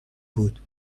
بود